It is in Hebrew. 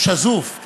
הגב שלך הוא שזוף.